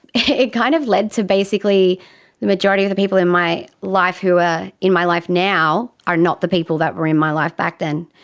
it kind of led to basically the majority of the people in my life who are in my life now are not the people that were in my life back then.